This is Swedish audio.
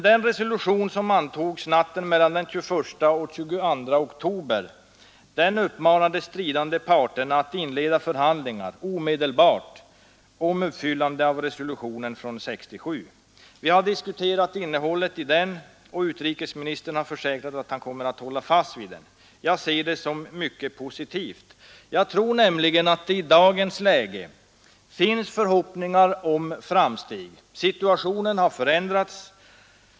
Den resolution som antogs natten mellan den 21 och 22 oktober uppmanade de stridande parterna att omedelbart inleda förhandlingar om uppfyllande av resolutionen från 1967. Vi har diskuterat innehållet i den resolutionen, och utrikesministern har här försäkrat att han kommer att hålla fast vid den. Detta ser jag som något mycket positivt. Jag tror nämligen att man i dagens läge kan hysa förhoppningar om framsteg. Situationen har förändrats.